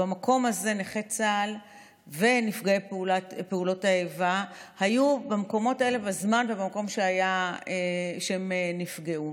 נכי צה"ל ונפגעי פעולות האיבה היו במקומות האלה בזמן ובמקום שבהם נפגעו,